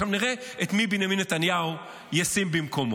עכשיו נראה את מי בנימין נתניהו ישים במקומו.